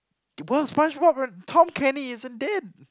it was SpongeBob or Tom-Kenny isn't dead